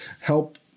help